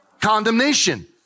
Condemnation